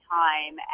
time